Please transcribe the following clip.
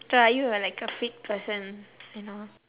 so are you uh like a fit person you know